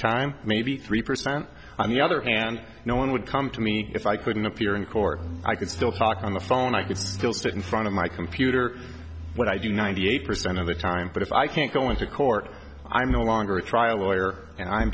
time maybe three percent on the other hand no one would come to me if i couldn't appear in court i could still talk on the phone i could still stood in front of my computer what i do ninety eight percent of the time but if i can't go into court i'm no longer a trial lawyer and i'm